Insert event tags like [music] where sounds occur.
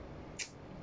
[noise]